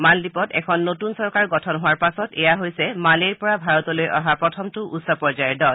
মালদ্বীপত এখন নতুন চৰকাৰ গঠন হোৱাৰ পাছত এয়া হৈছে মালেৰ পৰা ভাৰতলৈ অহা প্ৰথমটো উচ্চ পৰ্যায়ৰ দল